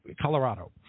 Colorado